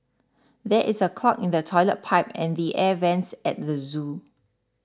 there is a clog in the Toilet Pipe and the Air Vents at the zoo